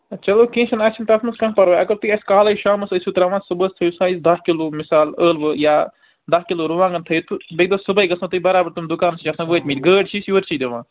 چَلو کیٚنٛہہ چھُنہٕ اَسہِ چھُنہٕ تَتھ منٛز کانٛہہ پرواے اگر تۄہہِ اَسہِ کالے شامس ٲسِو تَراوان صُبحس تھٲیِو سَہ اَسہِ باہ کِلوٗ مِثال ٲلوٕ یا دَہ کِلوٗ رُوانٛگن تھٲیِو تہٕ بیٚیہِ گوٚس صبحٲے گژھنَو تۄہہِ بَرابر تِم دُکانس نِش آسن وٲتۍ مٕتۍ گاڑۍ چھِ یورٕ چھ دِوا